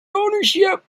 ownership